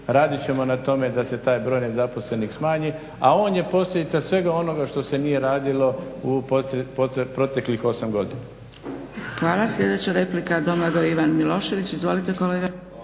radit ćemo na tome da se taj broj nezaposlenih smanji, a on je posljedica svega onoga što se nije radilo u proteklih 8 godina.